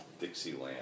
Dixieland